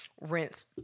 Rinse